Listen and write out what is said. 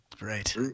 Right